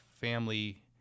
family